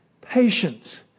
patience